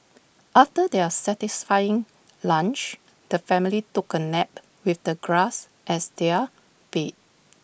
after their satisfying lunch the family took A nap with the grass as their bed